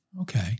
okay